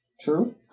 True